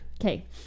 Okay